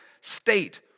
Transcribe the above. state